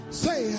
say